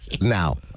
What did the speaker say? Now